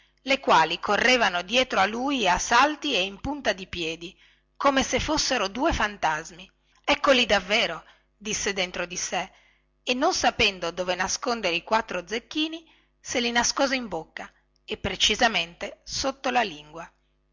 le quali correvano dietro a lui a salti e in punta di piedi come se fossero due fantasmi eccoli davvero disse dentro di sé e non sapendo dove nascondere i quattro zecchini se li nascose in bocca e precisamente sotto la lingua